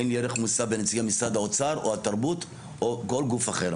אין לי ערך מוסף בנציגי משרד האוצר או התרבות או כל גוף אחר.